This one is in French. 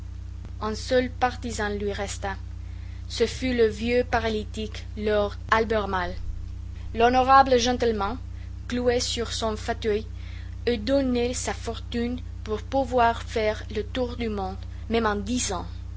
un seul partisan lui resta ce fut le vieux paralytique lord albermale l'honorable gentleman cloué sur son fauteuil eût donné sa fortune pour pouvoir faire le tour du monde même en dix ans